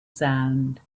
sound